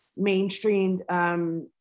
mainstreamed